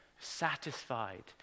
satisfied